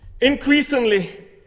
Increasingly